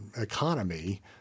economy